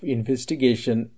Investigation